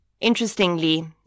Interestingly